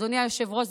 אדוני היושב-ראש,